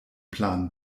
plan